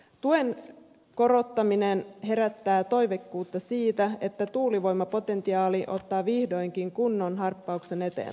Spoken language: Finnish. tuen korottaminen herättää toiveikkuutta siitä että tuulivoimapotentiaali ottaa vihdoinkin kunnon harppauksen eteenpäin